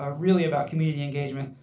ah really about community engagement.